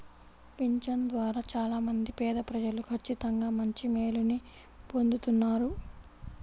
పింఛను ద్వారా చాలా మంది పేదప్రజలు ఖచ్చితంగా మంచి మేలుని పొందుతున్నారు